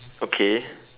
okay